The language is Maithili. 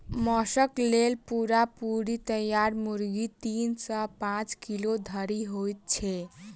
मौसक लेल पूरा पूरी तैयार मुर्गी तीन सॅ पांच किलो धरि होइत छै